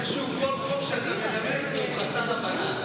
איכשהו על חוק שאתה מדבר עליו הוא חסר הבנה.